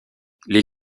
les